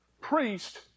priest